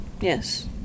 Yes